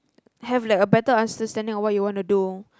have like a better understanding of what you want to do